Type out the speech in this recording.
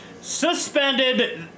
suspended